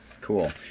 Cool